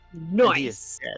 Nice